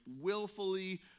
willfully